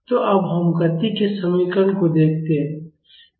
तो अब हम गति के समीकरण को देखते हैं